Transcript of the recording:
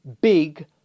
big